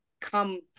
come